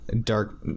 dark